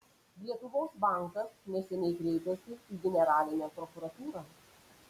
lietuvos bankas neseniai kreipėsi į generalinę prokuratūrą